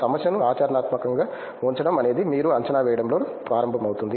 సమస్యను ఆచరణాత్మకంగా ఉంచడం అనేది మీరు అంచనా వేయడం లో ప్రారంభమవుతుంది